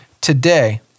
today